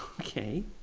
okay